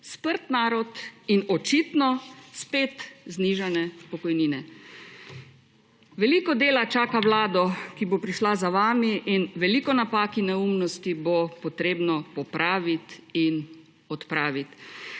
sprt narod in očitno spet znižane pokojnine. Veliko dela čaka vlado, ki bo prišla za vami, in veliko napak in neumnosti bo potrebno popraviti in odpraviti.